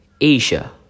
Asia